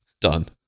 done